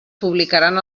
publicaran